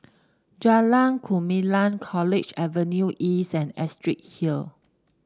Jalan Gumilang College Avenue East and Astrid Hill